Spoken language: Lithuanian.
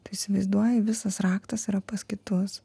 tu įsivaizduoji visas raktas yra pas kitus